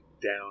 down